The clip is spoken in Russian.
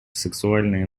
сексуальное